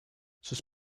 sus